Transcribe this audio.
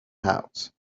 house